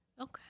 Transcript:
Okay